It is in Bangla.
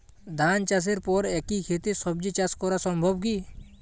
ধান চাষের পর একই ক্ষেতে সবজি চাষ করা সম্ভব কি?